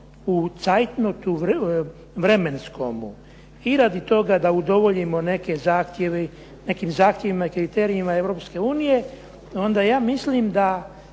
u zeit notu vremenskomu i radi toga da udovoljimo nekim zahtjevima i kriterijima Europske unije, onda ja mislim da